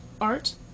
Art